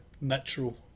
natural